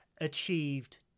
achieved